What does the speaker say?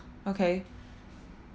okay